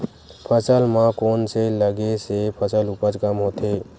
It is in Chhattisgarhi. फसल म कोन से लगे से फसल उपज कम होथे?